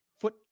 foot